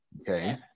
okay